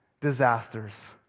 disasters